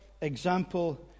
example